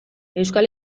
euskal